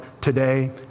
today